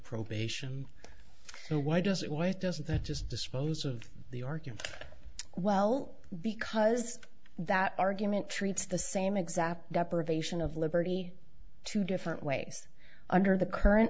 probation so why does it why doesn't that just dispose of the argument well because that argument treats the same exact deprivation of liberty two different ways under the current